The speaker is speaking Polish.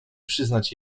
przyznać